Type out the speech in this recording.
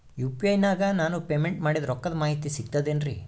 UPI ನಾಗ ನಾನು payment ಮಾಡಿದ ರೊಕ್ಕದ ಮಾಹಿತಿ ಸಿಕ್ತದೆ ಏನ್ರಿ?